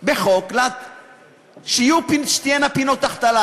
בחוק, שתהיינה פינות החתלה.